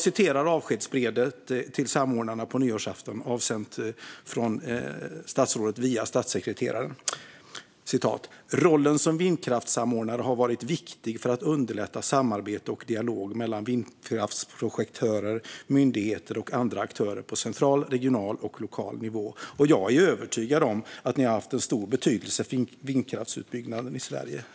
I avskedsbrevet till samordnarna som avsändes från statsrådet via statssekreteraren på nyårsafton står det: Rollen som vindkraftssamordnare har varit viktig för att underlätta samarbete och dialog mellan vindkraftsprojektörer, myndigheter och andra aktörer på central, regional och lokal nivå, och jag är övertygad om att ni har haft en stor betydelse för vindkraftsutbyggnaden i Sverige.